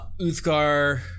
Uthgar